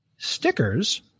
stickers